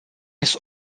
his